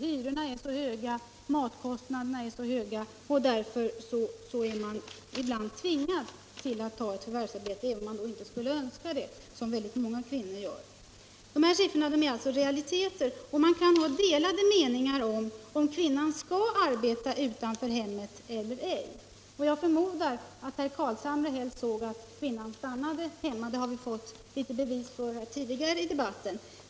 Hyrorna är höga och matkostnaderna är höga och därför är man ibland tvingad till att ta ett förvärvsarbete även om man inte skulle önska det, som väldigt många kvinnor gör. Dessa siffror är alltså realiteter. Man kan ha delade meningar om huruvida kvinnan skall arbeta utanför hemmet eller ej. Jag förmodar att herr Carlshamre helst såg att kvinnan stannade hemma. Det har vi fått litet bevis för tidigare i debatten.